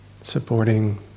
supporting